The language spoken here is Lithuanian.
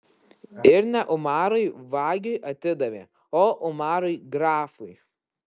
ir ne umarui vagiui atidavė o umarui grafui